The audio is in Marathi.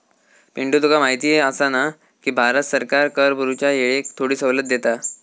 पिंटू तुका माहिती आसा ना, की भारत सरकार कर भरूच्या येळेक थोडी सवलत देता